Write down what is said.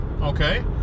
Okay